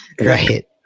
Right